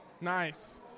Nice